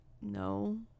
No